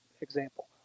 example